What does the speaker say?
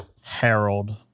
harold